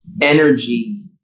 energy